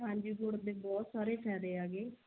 ਹਾਂਜੀ ਗੁੜ ਤੇ ਬਹੁਤ ਸਾਰੇ ਫਾਇਦੇ ਆਗੇ